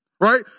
Right